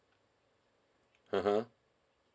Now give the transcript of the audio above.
(uh huh)